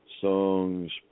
Songs